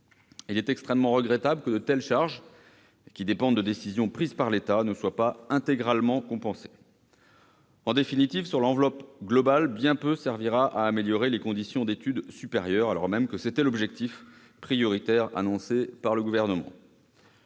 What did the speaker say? Il est extrêmement regrettable que de telles charges, qui dépendent de décisions prises par l'État, ne soient pas intégralement compensées. En définitive, sur l'enveloppe globale, bien peu servira à améliorer les conditions d'études supérieures, alors même que c'était l'objectif prioritaire annoncé par le Gouvernement.